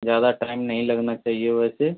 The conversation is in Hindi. ज्यादा टाइम नहीं लगना चाहिए वैसे